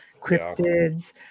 cryptids